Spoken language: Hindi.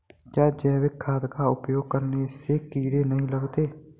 क्या जैविक खाद का उपयोग करने से कीड़े नहीं लगते हैं?